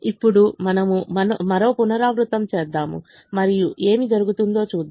ఇప్పుడు మనము మరో పునరావృతం చేద్దాము మరియు ఏమి జరిగిందో చూద్దాం